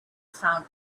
found